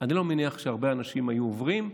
אני לא מניח שהרבה אנשים היו עוברים,